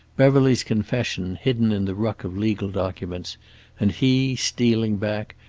beverly's confession hidden in the ruck of legal documents and he stealing back,